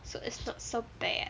so it's not so bad